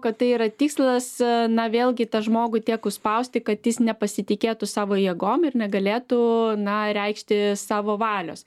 kad tai yra tikslas na vėlgi tą žmogų tiek užspausti kad jis nepasitikėtų savo jėgom ir negalėtų na reikšti savo valios